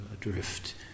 adrift